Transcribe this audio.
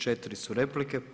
4 su replike.